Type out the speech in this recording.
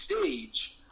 stage